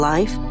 Life